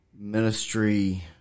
Ministry